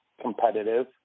competitive